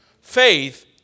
Faith